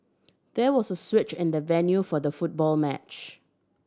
there was a switch in the venue for the football match